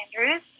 Andrews